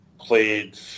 played